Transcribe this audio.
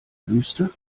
wüste